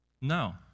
No